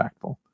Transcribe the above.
impactful